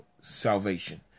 salvation